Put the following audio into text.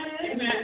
Amen